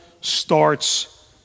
starts